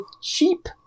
sheep